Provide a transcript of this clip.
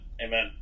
Amen